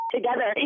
together